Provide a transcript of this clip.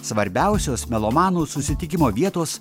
svarbiausios melomanų susitikimo vietos